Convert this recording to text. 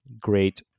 great